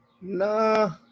no